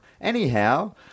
Anyhow